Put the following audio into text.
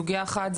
סוגייה אחת,